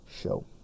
show